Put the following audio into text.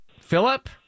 Philip